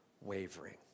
wavering